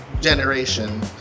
generation